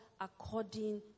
according